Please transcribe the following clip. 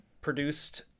produced